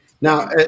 Now